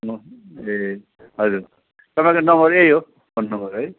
ए हजुर तपाईँको नम्बर यही हो फोन नम्बर है